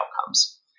outcomes